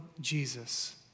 Jesus